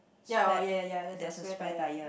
ya oh ya ya ya there is a spare tyre